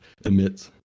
emits